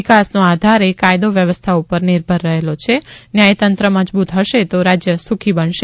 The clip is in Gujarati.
વિકાસનો આધાર એ કાયદો વ્યવસ્થા ઉપર નિર્ભર રહેલો છે ન્યાય તંત્ર મજબુત હશે તો રાજ્ય સુખી બનશે